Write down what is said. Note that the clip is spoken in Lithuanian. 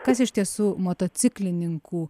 kas iš tiesų motociklininkų